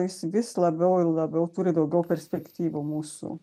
jis vis labiau ir labiau turi daugiau perspektyvų mūsų